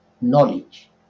knowledge